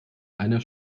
einer